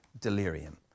delirium